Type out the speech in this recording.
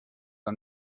are